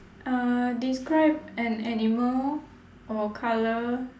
uh describe an animal or colour